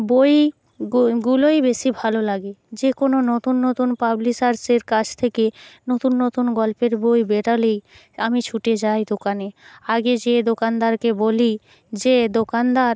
বই গুলোই বেশি ভালো লাগে যে কোনও নতুন নতুন পাবলিশার্সের কাছ থেকে নতুন নতুন গল্পের বই বেরোলেই আমি ছুটে যাই দোকানে আগে যেয়ে দোকানদারকে বলি যে দোকানদার